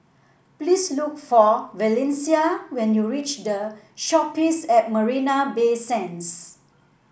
please look for Valencia when you reach The Shoppes at Marina Bay Sands